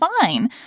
fine